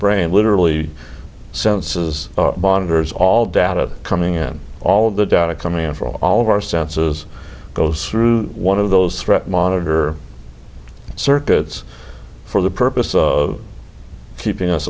brain literally senses bonders all data coming in all the data coming in from all of our senses goes through one of those threat monitor circuits for the purpose of keeping us